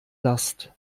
last